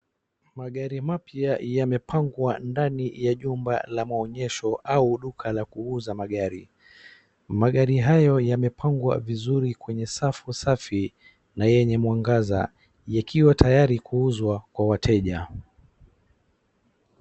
Magari mapya yamepangwa ndani ya jumba la maonyesho au duka la kuuza magari. Magari hayo yamepangwa vizuri kwenye safu safi na yenye mwangaza yakiwa tayari kuuzwa kwa wateja.